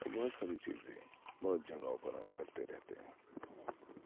اور بہت ساری چیزیں ہیں بہت جگہوں پر ہم کرتے رہتے ہیں